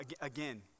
Again